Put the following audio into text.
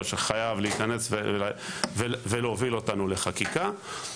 שחייב להיכנס אליהם ולהוביל אותנו לחקיקה.